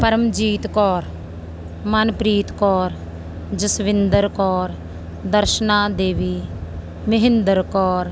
Paramjit Kaur Manpreet Kaur Jaswinder Kaur Darshana Devi Mahinder Kaur